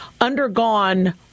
undergone